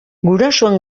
gurasoen